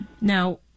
now